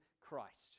Christ